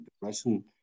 depression